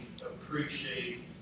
appreciate